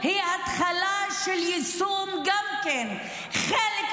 הייתה הודעת, היא אומרת